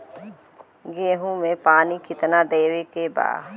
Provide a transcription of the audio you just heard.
गेहूँ मे पानी कितनादेवे के बा?